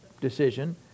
decision